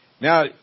Now